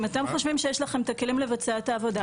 אם אתם חושבים שיש לכם את הכלים לבצע את העבודה,